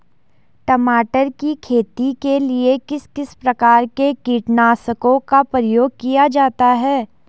टमाटर की खेती के लिए किस किस प्रकार के कीटनाशकों का प्रयोग किया जाता है?